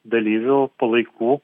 dalyvių palaikų